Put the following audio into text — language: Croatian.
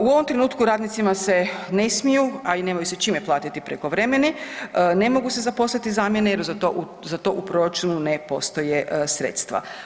U ovom trenutku radnicima se ne smiju, a i nemaju se čime platiti prekovremeni, ne mogu se zaposliti zamjene jer za to u proračunu ne postoje sredstva.